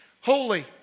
holy